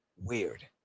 weird